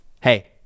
Hey